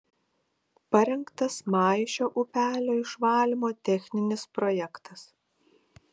parengtas maišio upelio išvalymo techninis projektas